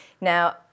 Now